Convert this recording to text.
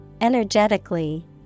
energetically